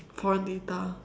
foreign data